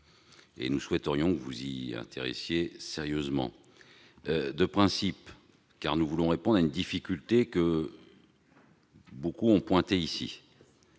et nous souhaiterions que vous vous y intéressiez sérieusement. De principe, car nous voulons répondre à une difficulté que beaucoup ont pointée ici